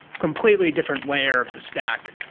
completely different layer of the stack.